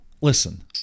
listen